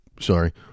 sorry